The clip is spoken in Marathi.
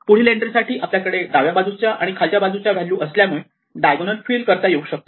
पुढील एन्ट्री साठी आपल्याकडे डाव्या बाजूच्या आणि खालच्या व्हॅल्यू असल्यामुळे डायगोनल फिल करता येऊ शकतो